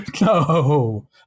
no